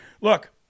Look